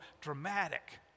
dramatic